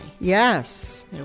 Yes